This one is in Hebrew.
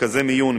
מרכזי מיון,